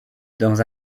dans